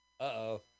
Uh-oh